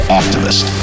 activist